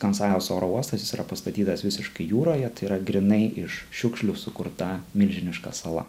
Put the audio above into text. kansajos oro uostas jis yra pastatytas visiškai jūroje tai yra grynai iš šiukšlių sukurta milžiniška sala